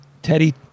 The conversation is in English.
Teddy